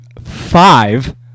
five